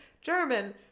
German